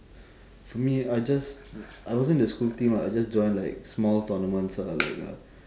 for me I just I wasn't in the school team ah I just join like small tournaments ah like a